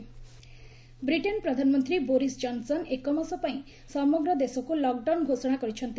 UK lockdown Britain ପ୍ରଧାନମନ୍ତ୍ରୀ Boris Johnson ଏକମାସ ପାଇଁ ସମଗ୍ର ଦେଶକୁ ଲକ୍ଡାଉନ୍ ଘୋଷଣା କରିଛନ୍ତି